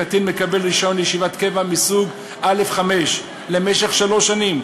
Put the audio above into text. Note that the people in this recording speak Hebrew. הקטין מקבל רישיון לישיבת קבע מסוג א/5 למשך שלוש שנים,